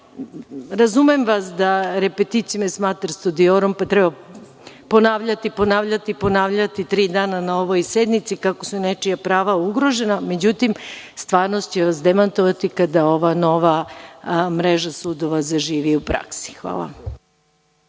razumem vas, „Repeticio est mater studiorum“, da treba ponavljati, ponavljati, ponavljati tri dana na ovoj sednici kako su nečija prava ugrožena. Međutim, stvarnost će vas demantovati kada ova nova mreža sudova zaživi u praksi. Hvala